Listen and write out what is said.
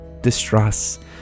distrust